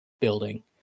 building